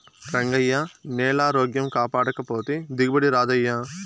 రంగయ్యా, నేలారోగ్యం కాపాడకపోతే దిగుబడి రాదయ్యా